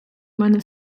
мене